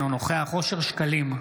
אינו נוכח אושר שקלים,